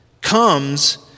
comes